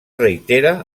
reitera